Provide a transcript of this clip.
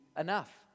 enough